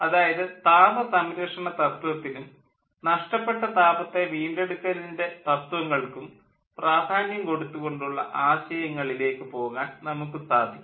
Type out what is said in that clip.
അതായത് താപ സംരക്ഷണ തത്ത്വത്തിനും നഷ്ടപ്പെട്ട താപത്തെ വീണ്ടെടുക്കലിൻ്റെ തത്ത്വങ്ങൾക്കും പ്രാധാന്യം കൊടുത്തു കൊണ്ടുള്ള ആശയങ്ങളിലേക്ക് പോകാൻ നമുക്ക് സാധിക്കും